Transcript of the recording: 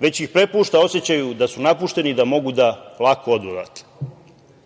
već ih prepušta osećaju da su napušteni, da mogu lako da odu odatle.